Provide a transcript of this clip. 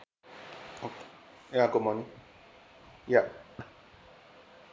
okay ya good morning ya